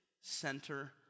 center